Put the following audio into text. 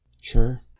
Sure